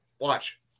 Watch